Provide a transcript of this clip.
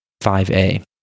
5A